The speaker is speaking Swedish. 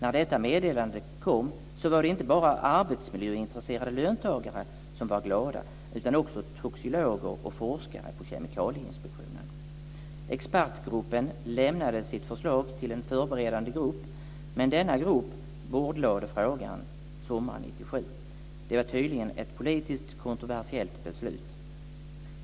När detta meddelande kom var det inte bara arbetsmiljöintresserade löntagare som var glada utan också toxikologer och forskare på Kemikalieinspektionen. Expertgruppen lämnade sitt förslag till en förberedande grupp. Men denna grupp bordlade frågan sommaren 1997. Det var tydligen ett politiskt kontroversiellt beslut.